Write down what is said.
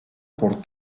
por